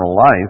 life